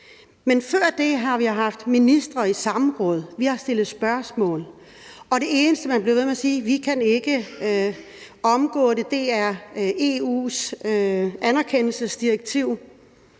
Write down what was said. Men før det har vi haft ministre i samråd, vi har stillet spørgsmål, og det eneste, man blev ved med at sige, var: Vi kan ikke omgå det, for det er EU's anerkendelsesdirektiv.